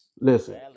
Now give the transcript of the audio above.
listen